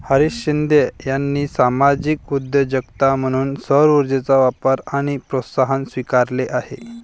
हरीश शिंदे यांनी सामाजिक उद्योजकता म्हणून सौरऊर्जेचा वापर आणि प्रोत्साहन स्वीकारले आहे